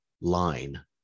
line